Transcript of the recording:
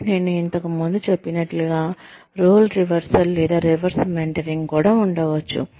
అప్పుడు నేను ఇంతకు ముందు చెప్పినట్లుగా రోల్ రివర్సల్ లేదా రివర్స్ మెంటరింగ్ కూడా ఉండవచ్చు